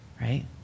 right